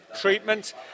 treatment